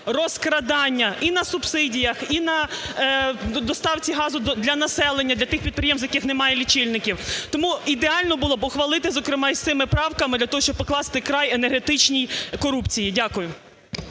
розкрадання і на субсидіях, і на доставці газу для населення для тих підприємств, в яких немає лічильників. Тому ідеально було б ухвалити, зокрема, із цими правками для того, щоб покласти край енергетичній корупції. Дякую.